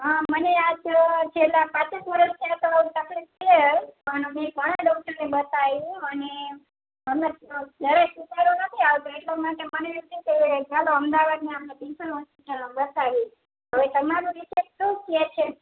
હાં મને આજ છેલ્લા પાંચેક વર્ષ થયા આવી તકલીફ છે પણ મેં ઘણા ડૉક્ટરને બતાવ્યું અને નથી આવતો એટલા માટે મને એ છે કે ચાલો અમદાવાદના બે ત્રણ હોસ્પિટલોમાં બતાવીએ હવે એ તમારો શું કહે છે